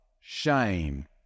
shame